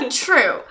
True